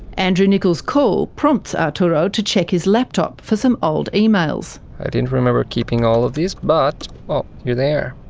andrew nickolls' call prompts arturo to check his laptop for some old emails. i didn't remember keeping all of these but here they are.